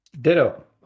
Ditto